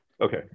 Okay